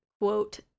quote